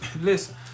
listen